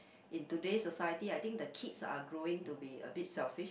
in today's society I think the kids are growing to be a bit selfish